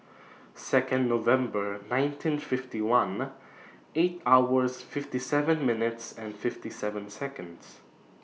Second November nineteen fifty one eight hours fifty seven minutes and fifty seven Seconds